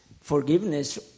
Forgiveness